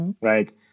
right